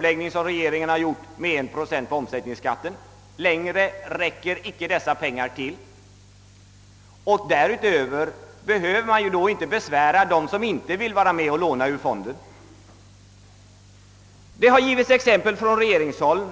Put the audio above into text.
Längre förslår inte dessa pengar, och man behöver alltså inte besvära dem som inte vill vara med och låna ur fonden. Regeringen har som exempel på användningen av